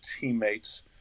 teammates